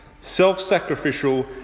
Self-sacrificial